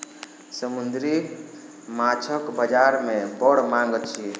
समुद्री माँछक बजार में बड़ मांग अछि